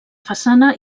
façana